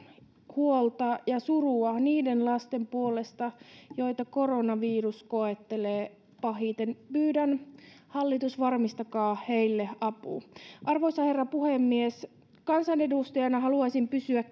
huolta ja surua niiden lasten puolesta joita koronavirus koettelee pahiten pyydän hallitus varmistakaa heille apu arvoisa herra puhemies kansanedustajana haluaisin pysyä